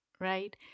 right